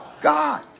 God